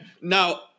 Now